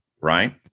right